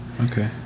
okay